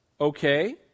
Okay